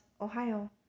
Ohio